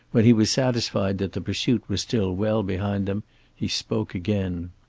when he was satisfied that the pursuit was still well behind them he spoke again.